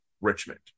Richmond